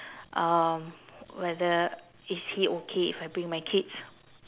um whether is he okay if I bring my kids